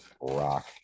rock